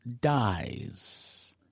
dies